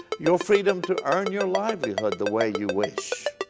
your freedom to earn your livelihood the way you wish,